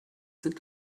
sind